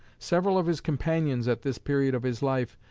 several of his companions at this period of his life,